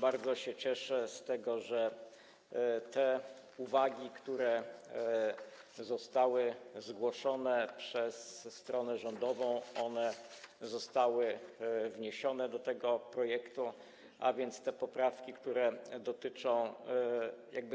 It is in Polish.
Bardzo się cieszę też z tego, że te uwagi, które zostały zgłoszone przez stronę rządową, zostały wniesione do tego projektu, a więc te poprawki, które dotyczą